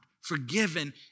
forgiven